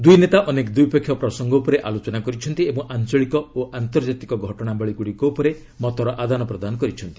ଦୂଇ ନେତା ଅନେକ ଦ୍ୱିପକ୍ଷୀୟ ପ୍ରସଙ୍ଗ ଉପରେ ଆଲୋଚନା କରିଛନ୍ତି ଓ ଆଞ୍ଚଳିକ ଏବଂ ଆନ୍ତର୍ଜାତିକ ଘଟଣାବଳୀଗୁଡ଼ିକ ଉପରେ ମତର ଆଦାନ ପ୍ରଦାନ କରିଛନ୍ତି